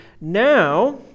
now